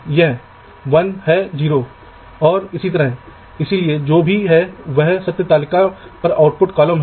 तो यहां कुछ ग्राउंड और VDD आवश्यकताओं के साथ पांच ब्लॉक हैं